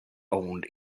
owned